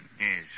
Yes